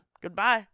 Goodbye